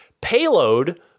payload